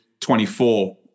24